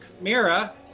Mira